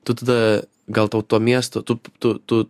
tu tada gal tau miesto tu tu tu